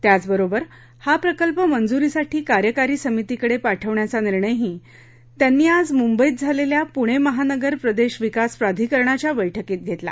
त्याचबरोबर हा प्रकल्प मंजूरीसाठी कार्यकारी समितीकडे पाठविण्याचा निर्णयही त्यांनी आज मुंबईत झालेल्या पुणे महानगर प्रदेश विकास प्राधिकरणाच्या बैठकीत घेतला